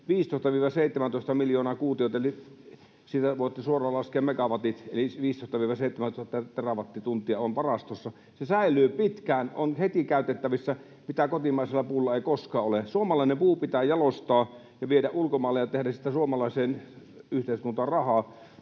15—17 miljoonaa kuutiota — siitä voitte suoraan laskea megawatit, eli 15—17 terawattituntia — on varastossa. Se säilyy pitkään ja on heti käytettävissä, mitä kotimaisella puulla ei koskaan ole. Suomalainen puu pitää jalostaa ja viedä ulkomaille ja tehdä siitä suomalaiseen yhteiskuntaan rahaa.